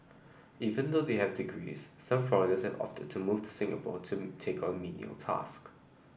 even though they have degrees some foreigners have opted to move to Singapore to take on menial task